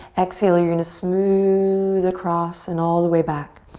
exhale, you're gonna smooth across and all the way back.